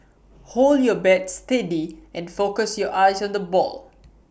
hold your bat steady and focus your eyes on the ball